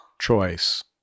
choice